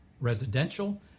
residential